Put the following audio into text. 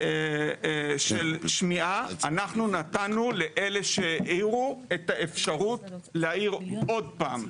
של שמיעה אנחנו נתנו לאלה שהעירו את האפשרות להעיר עוד פעם.